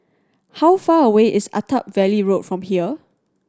how far away is Attap Valley Road from here